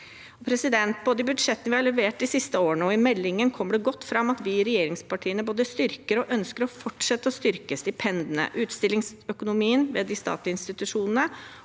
reforhandles. Både i budsjettene vi har levert de siste årene, og i meldingen kommer det godt fram at vi i regjeringspartiene både styrker og ønsker å fortsette med å styrke stipendene, utstillingsøkonomien ved de statlige institusjonene